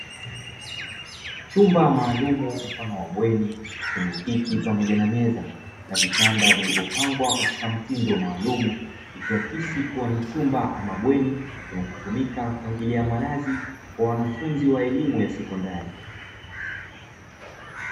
Chumba maalumu mfano wa bweni chenye kiti pamoja na meza na vitanda vilivyopangwa katika mtindo maalumu. Ikiakisi kuwa ni chumba ama bweni inachotumika, kwa ajili ya manazi kwa wanafunzi wa elimu ya sekondari.